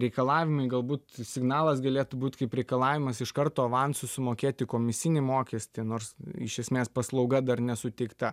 reikalavimai galbūt signalas galėtų būt kaip reikalavimas iš karto avansu sumokėti komisinį mokestį nors iš esmės paslauga dar nesuteikta